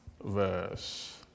verse